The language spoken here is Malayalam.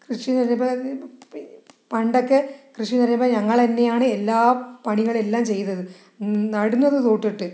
കൃഷിയെന്നു പണ്ടൊക്കെ കൃഷിയെന്നു പറയുമ്പോൾ ഞങ്ങൾ തന്നെയാണ് എല്ലാ പണികളെല്ലാം ചെയ്തത് നടുന്നത് തൊട്ടിട്ട്